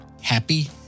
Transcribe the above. happy